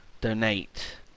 Donate